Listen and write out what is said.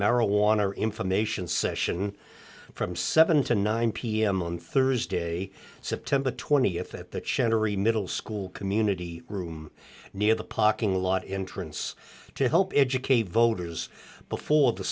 marijuana or information session from seven to nine pm on thursday september th at the cherry middle school community room near the parking lot entrance to help educate voters before the